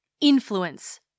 influence